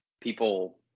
people